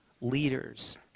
leaders